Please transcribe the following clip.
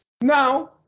Now